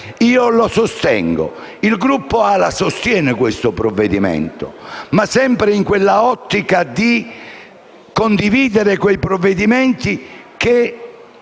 io lo sostengo. Il Gruppo AL-A sostiene questo provvedimento, ma sempre nell'ottica di condividere quei provvedimenti che